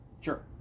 sure